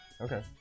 Okay